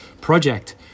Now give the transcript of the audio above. project